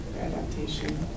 adaptation